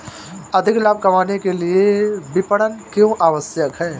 अधिक लाभ कमाने के लिए विपणन क्यो आवश्यक है?